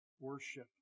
worship